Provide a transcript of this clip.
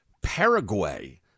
Paraguay